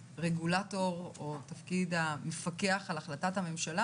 הרגולטור או תפקיד המפקח על החלטת הממשלה,